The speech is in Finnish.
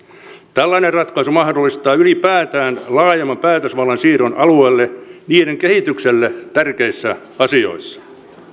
tällainen ratkaisu mahdollistaa ylipäätään laajemman päätösvallan siirron alueille niiden kehitykselle tärkeissä asioissa